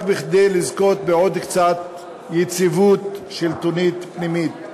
רק כדי לזכות בעוד קצת יציבות שלטונית פנימית,